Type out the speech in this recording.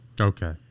Okay